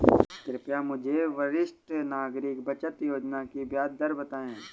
कृपया मुझे वरिष्ठ नागरिक बचत योजना की ब्याज दर बताएं?